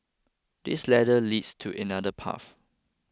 this ladder leads to another path